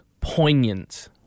poignant